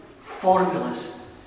formulas